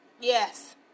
Yes